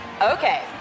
Okay